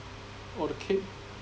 or the kick